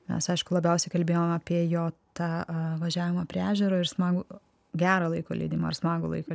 mes aišku labiausiai kalbėjom apie jo tą važiavimą prie ežero ir smagų gerą laiko leidimą ar smagų laiko